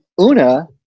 Una